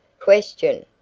question!